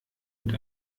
mit